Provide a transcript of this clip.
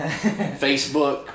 Facebook